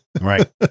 Right